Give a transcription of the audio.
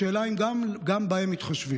השאלה היא אם גם בהם מתחשבים.